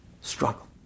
struggle